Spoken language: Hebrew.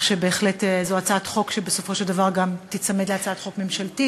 שזו בהחלט הצעת חוק שבסופו של דבר גם תיצמד להצעת חוק ממשלתית,